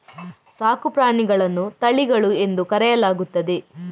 ಸಾಕು ಪ್ರಾಣಿಗಳನ್ನು ತಳಿಗಳು ಎಂದು ಕರೆಯಲಾಗುತ್ತದೆ